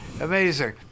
Amazing